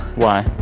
why?